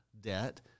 debt